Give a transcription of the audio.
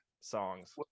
songs